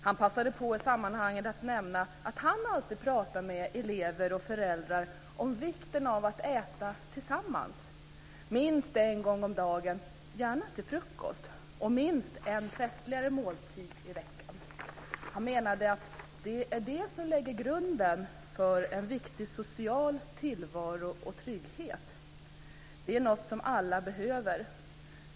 Han passade på i det sammanhanget att nämna att han alltid pratar med elever och föräldrar om vikten av att äta tillsammans - minst en gång om dagen, gärna till frukost, och minst en festligare måltid i veckan. Han menade att det är det som lägger grunden för en viktig social tillvaro och trygghet. Det är någonting som alla behöver.